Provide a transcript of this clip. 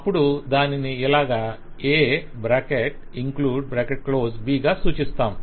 అప్పుడు దానిని ఇలా 'A includeB' గా సూచిస్తాము